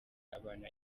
abana